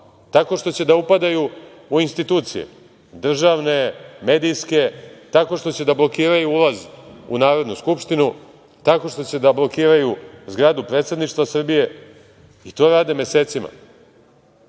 tako što će da upadaju u institucije državne, medijske, tako što će da blokiraju ulaz u Narodnu skupštinu, tako što će da blokiraju zgradu Predsedništva Srbije i to rade mesecima. To